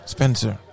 Spencer